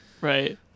Right